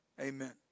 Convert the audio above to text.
Amen